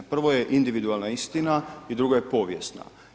Prvo je individualna istina i drugo je povijesna.